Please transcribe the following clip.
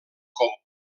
com